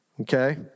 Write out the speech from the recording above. okay